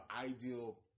ideal